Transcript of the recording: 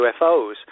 ufos